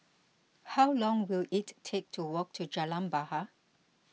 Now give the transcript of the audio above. how long will it take to walk to Jalan Bahar